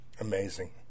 Amazing